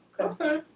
Okay